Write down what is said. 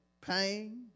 pain